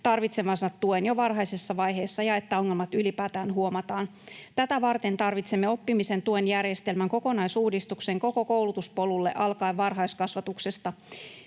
tarvitsemansa tuen jo varhaisessa vaiheessa, ja että ongelmat ylipäätään huomataan. Tätä varten tarvitsemme oppimisen tuen järjestelmän kokonaisuudistuksen koko koulutuspolulle alkaen varhaiskasvatuksesta.